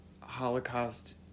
Holocaust